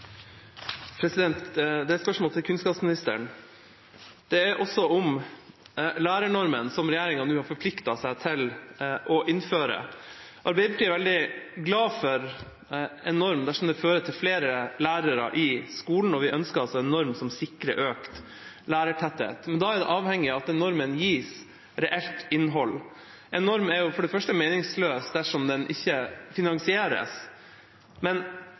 til kunnskapsministeren. Det er også om lærernormen som regjeringa nå har forpliktet seg til å innføre. Arbeiderpartiet er veldig glad for en norm dersom det fører til flere lærere i skolen, og vi ønsker en norm som sikrer økt lærertetthet, men da er det avhengig av at den normen gis reelt innhold. En norm er for det første meningsløs dersom den ikke finansieres, men